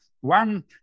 one